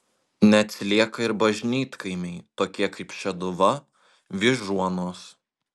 neatsilieka ir bažnytkaimiai tokie kaip šeduva vyžuonos